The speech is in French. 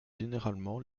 généralement